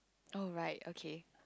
oh right okay